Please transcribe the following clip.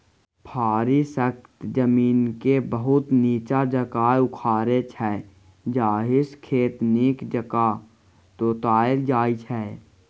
फारी सक्खत जमीनकेँ बहुत नीच्चाँ जाकए उखारै छै जाहिसँ खेत नीक जकाँ जोताएल जाइ छै